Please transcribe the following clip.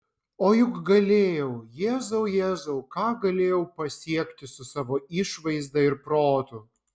o juk galėjau jėzau jėzau ką galėjau pasiekti su savo išvaizda ir protu